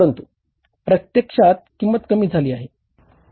परंतु प्रत्यक्षात किंमत कमी झाली आहे